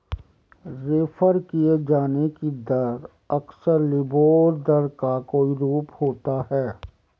refer किये जाने की दर अक्सर लिबोर दर का कोई रूप होता है